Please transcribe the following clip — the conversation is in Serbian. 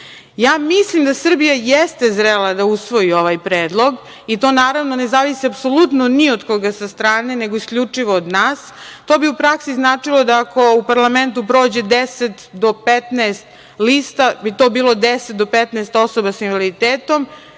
mislim da Srbija jeste zrela da usvoji ovaj predlog i to naravno ne zavisi apsolutno ni od koga sa strane, nego isključivo od nas. To bi u praksi značilo da ako u parlamentu prođe 10 do 15 lista, to bi bilo 10 do 15 osoba sa invaliditetom,